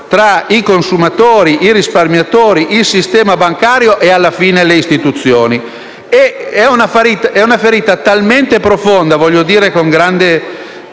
tra i consumatori, i risparmiatori, il sistema bancario e le istituzioni. È una ferita talmente profonda - lo voglio dire con grande